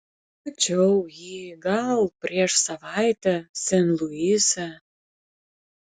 mačiau jį gal prieš savaitę sen luise